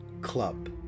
Club